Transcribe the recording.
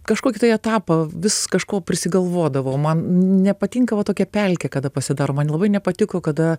kažkokį tai etapą vis kažko prisigalvodavau man nepatinka va tokia pelkė kada pasidaro man labai nepatiko kada